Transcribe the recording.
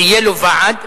שיהיה לו ועד,